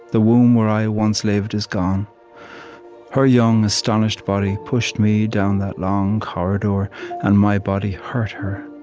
the womb where i once lived is gone her young astonished body pushed me down that long corridor and my body hurt her,